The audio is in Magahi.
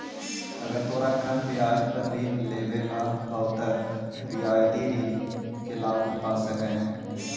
अगर तोरा कम ब्याज पर ऋण लेवेला हउ त रियायती ऋण के लाभ उठा सकऽ हें